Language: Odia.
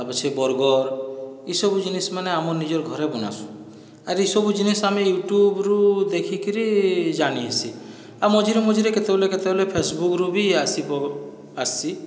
ତାପଛେ ବର୍ଗର ଇସବୁ ଜିନିଷ୍ ମାନେ ଆମର ଘରେ ନିଜେ ବନାସୁଁଆର୍ ଇସବୁ ଜିନିଷ ଆମେ ୟୁଟ୍ୟୁବରୁ ଦେଖିକିରି ଜାଣି ଆସି ଆଉ ମଝିରେ ମଝିରେ କେତେବେଲେ କେତେବେଲେ ଫେସବୁକରୁ ବି ଆସିବ ଆସି